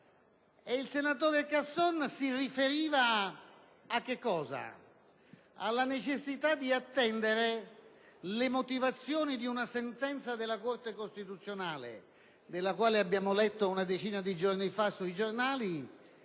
Il senatore Casson si riferiva alla necessità di attendere le motivazioni di una sentenza della Corte costituzionale, della quale abbiamo letto una decina di giorni fa sui giornali,